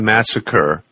Massacre